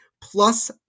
plus